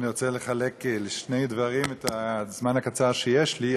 אני רוצה לחלק לשני דברים את הזמן הקצר שיש לי,